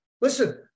Listen